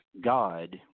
God